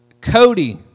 Cody